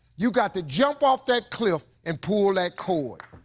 you got to jump off that cliff, and pull that cord.